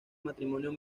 matrimonio